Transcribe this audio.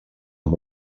amb